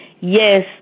Yes